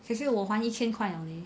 可是我还一千块 liao leh